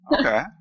okay